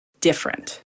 different